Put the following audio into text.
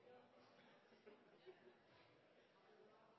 og til slutt